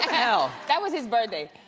hell? that was his birthday.